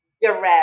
direct